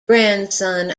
grandson